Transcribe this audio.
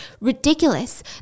ridiculous